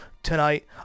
tonight